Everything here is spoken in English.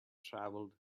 travelled